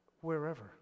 wherever